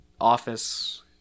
office